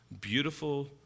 beautiful